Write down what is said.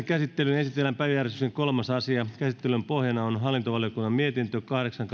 käsittelyyn esitellään päiväjärjestyksen kolmas asia käsittelyn pohjana on hallintovaliokunnan mietintö kahdeksan